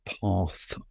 path